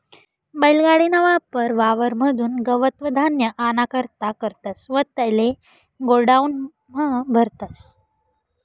बैल गाडी ना वापर वावर म्हादुन गवत व धान्य आना करता करतस व तेले गोडाऊन म्हा भरतस